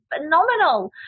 phenomenal